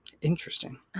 Interesting